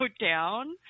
down